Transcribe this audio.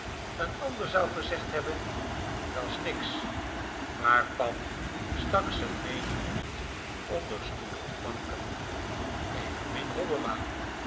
n ander zou gezegd hebben da's niks maar pam stak z'n meering niet onder stoelen of banken evenmin hobbema